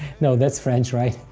no, that's french, right?